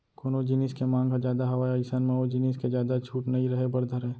कोनो जिनिस के मांग ह जादा हावय अइसन म ओ जिनिस के जादा छूट नइ रहें बर धरय